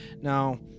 Now